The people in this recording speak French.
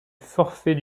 forfait